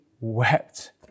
wept